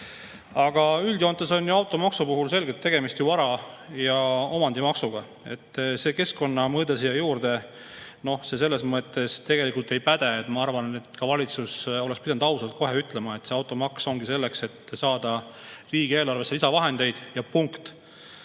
Üldjoontes on ju automaksu puhul selgelt tegemist vara- ja omandimaksuga. See keskkonnamõõde siin juures, noh, selles mõttes tegelikult ei päde, ma arvan. Valitsus oleks pidanud kohe ausalt ütlema, et automaks ongi selleks, et saada riigieelarvesse lisavahendeid, ja punkt,